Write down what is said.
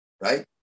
right